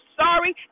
sorry